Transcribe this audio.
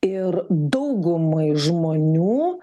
ir daugumai žmonių